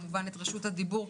אני מעבירה אליך את רשות הדיבור,